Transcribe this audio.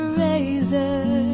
razor